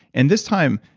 and this time,